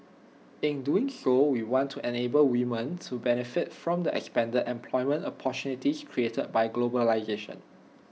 in doing so we want to enable women to benefit from the expanded employment opportunities created by globalisation